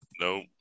No